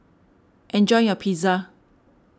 enjoy your Pizza